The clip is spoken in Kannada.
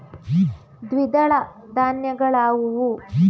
ದ್ವಿದಳ ಧಾನ್ಯಗಳಾವುವು?